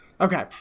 Okay